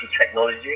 technology